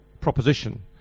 proposition